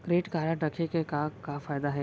Credit card रखे के का का फायदा हवे?